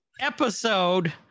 episode